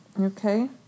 Okay